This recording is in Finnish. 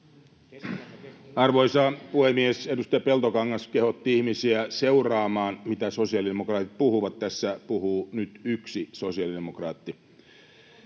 Arvoisa puhemies! Edustaja Peltokangas kehotti ihmisiä seuraamaan, mitä sosiaalidemokraatit puhuvat. Tässä puhuu nyt yksi sosiaalidemokraatti.